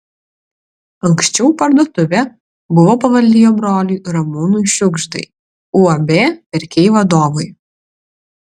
anksčiau parduotuvė buvo pavaldi jo broliui ramūnui šiugždai uab verkiai vadovui